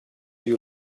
you